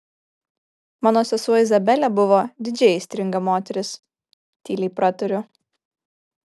mano sesuo izabelė buvo didžiai aistringa moteris tyliai pratariu